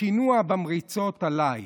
השינוע במריצות עליי.